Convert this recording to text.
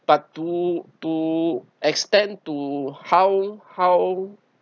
but to to extend to how how